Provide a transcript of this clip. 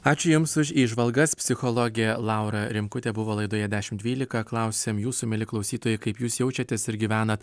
ačiū jums už įžvalgas psichologė laura rimkutė buvo laidoje dešimt dvylika klausėm jūsų mieli klausytojai kaip jūs jaučiatės ir gyvenat